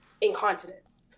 incontinence